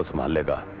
my lover?